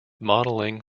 modeling